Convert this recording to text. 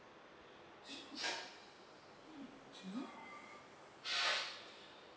mmhmm